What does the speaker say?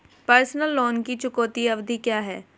Personal loan की चुकौती अवधि क्या है?